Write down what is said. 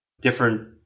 different